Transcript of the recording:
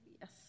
Yes